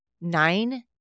nine